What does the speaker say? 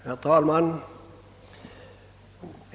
Herr talman!